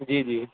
جی جی